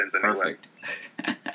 perfect